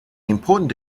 important